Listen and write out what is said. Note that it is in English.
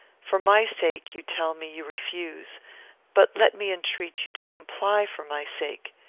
for my sake, you tell me, you refuse but let me entreat you to comply for my sake.